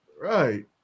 right